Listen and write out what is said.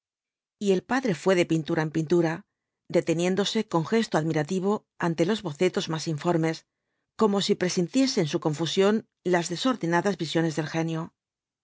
y el padre fué de pintura en pintura deteniéndose con gesto admirativo ante los bocetos más informes como si presintiese en su confusión las desordenadas visiones del genio